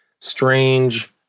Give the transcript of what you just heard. strange